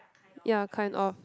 ya kind of